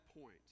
point